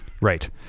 Right